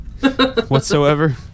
Whatsoever